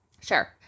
Sure